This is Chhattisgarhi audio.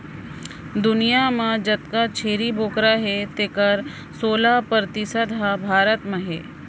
दुनियां म जतका छेरी बोकरा हें तेकर सोला परतिसत ह भारत म हे